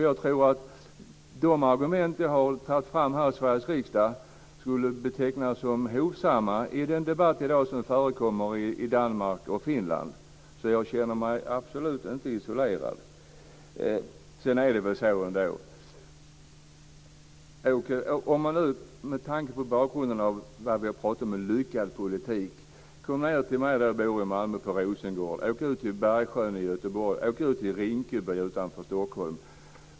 Jag tror att de argument som vi har tagit fram här i Sveriges riksdag skulle betecknas som hovsamma i den debatt som i dag förekommer i Danmark och Finland. Jag känner mig därför absolut inte isolerad. Om vi talar om en lyckad politik så måste jag säga följande. Kom ned till mig där jag bor i Rosengård i Malmö, åk ut till Bergsjön i Göteborg, eller åk ut till Rinkeby utanför Stockholm.